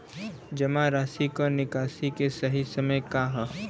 जमा राशि क निकासी के सही समय का ह?